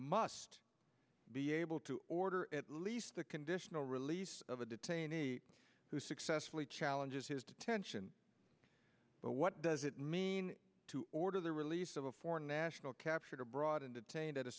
must be able to order at least the conditional release of a detainee who successfully challenges his detention but what does it mean to order the release of a foreign national captured abroad and detained at a